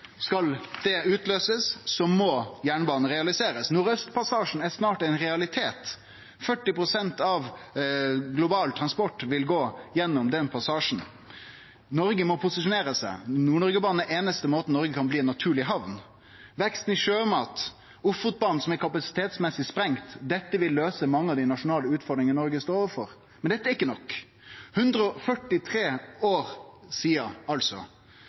Skal det bli utløyst, må jernbanen realiserast. Nordaustpassasjen er snart ein realitet. 40 pst. av global transport vil gå gjennom den passasjen. Noreg må posisjonere seg. Nord-Noreg-banen er den einaste måten Noreg kan bli ei naturleg hamn på. Det gjeld også veksten i sjømat og Ofotbanen som er kapasitetsmessig sprengd. Det vil løyse mange av dei nasjonale utfordringane Noreg står overfor. Men dette er ikkje nok. Det er altså 143 år